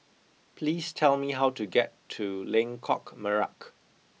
please tell me how to get to Lengkok Merak